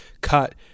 cut